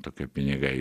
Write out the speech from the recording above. tokie pinigai